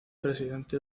presidente